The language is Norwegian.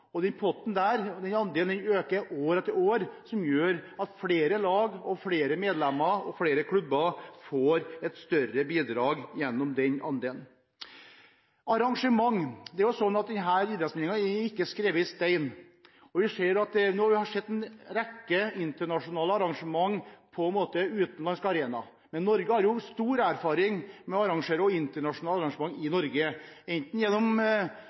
og den potten, den andelen, øker for hvert år, noe som gjør at flere lag, flere medlemmer og flere klubber får et større bidrag gjennom den andelen. Så til arrangementer: Denne idrettsmeldingen er ikke skrevet i stein. Nå har vi sett en rekke internasjonale arrangementer på utenlandske arenaer, men Norge har jo stor erfaring med å ha internasjonale arrangementer i